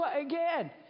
again